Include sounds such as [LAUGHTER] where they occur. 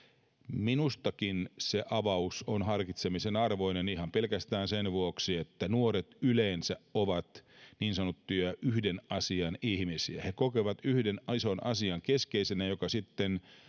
minustakin se avaus on harkitsemisen arvoinen ihan pelkästään sen vuoksi että nuoret yleensä ovat [UNINTELLIGIBLE] [UNINTELLIGIBLE] niin sanottuja yhden asian ihmisiä he kokevat yhden ison asian keskeisenä joka sitten